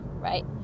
right